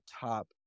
top